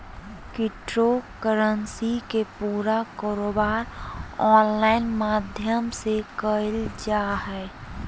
crypto currency के पूरा कारोबार ऑनलाइन माध्यम से क़इल जा हइ